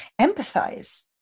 empathize